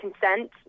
consent